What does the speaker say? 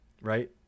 right